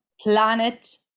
planet